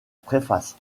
préface